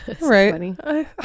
Right